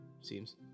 Seems